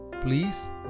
please